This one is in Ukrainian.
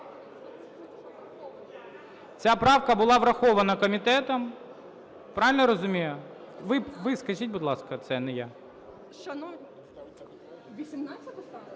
Ця правка була врахована комітетом, правильно розумію? Ви скажіть, будь ласка, це, а не я.